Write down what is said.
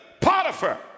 Potiphar